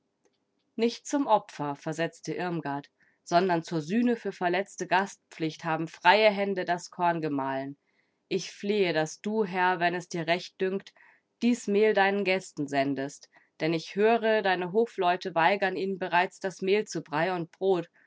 nicht zum opfer versetzte irmgard sondern zur sühne für verletzte gastpflicht haben freie hände das korn gemahlen ich flehe daß du herr wenn es dir recht dünkt dies mehl deinen gästen sendest denn ich höre deine hofleute weigern ihnen bereits das mehl zu brei und brot